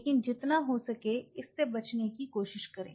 लेकिन जितना हो सके इससे बचने की कोशिश करें